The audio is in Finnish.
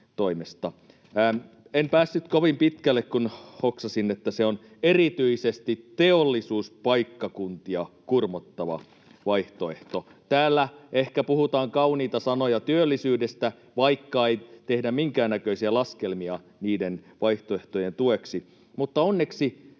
En päässyt kovin pitkälle, kun hoksasin, että se on erityisesti teollisuuspaikkakuntia kurmottava vaihtoehto. Täällä ehkä puhutaan kauniita sanoja työllisyydestä, vaikka ei tehdä minkäännäköisiä laskelmia niiden vaihtoehtojen tueksi. Mutta onneksi